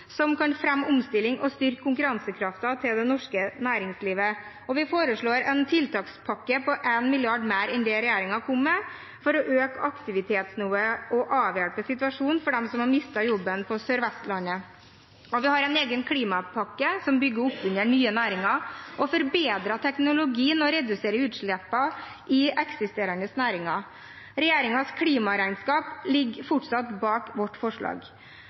som kan fremme omstilling og styrke konkurransekraften til det norske næringslivet, og vi foreslår en tiltakspakke på 1 mrd. kr mer enn det regjeringen kom med, for å øke aktivitetsnivået og avhjelpe situasjonen for dem som har mistet jobben på Sør-Vestlandet. Vi har også en egen klimapakke som bygger opp under nye næringer og forbedrer teknologien og reduserer utslippene i eksisterende næringer. Regjeringens klimaregnskap ligger fortsatt bak vårt forslag.